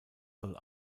soll